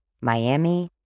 Miami